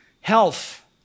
health